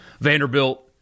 Vanderbilt